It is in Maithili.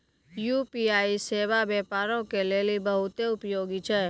यू.पी.आई सेबा व्यापारो के लेली बहुते उपयोगी छै